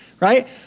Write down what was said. Right